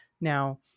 now